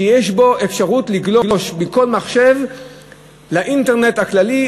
שיש בו אפשרות לגלוש מכל מחשב לאינטרנט הכללי,